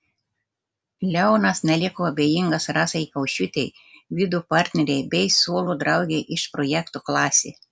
leonas neliko abejingas rasai kaušiūtei vido partnerei bei suolo draugei iš projekto klasė